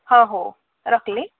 ହ ହଉ ରଖିଲି